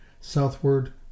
southward